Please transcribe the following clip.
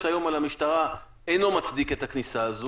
היום על המשטרה אינו מצדיק את הכניסה הזאת.